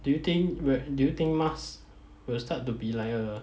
do you think do you think mask will start to be like a